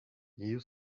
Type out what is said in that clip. you